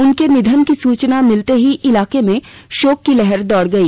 उनके निधन की सूचना मिलते ही इलाके में शोक की लहर दौड़ गई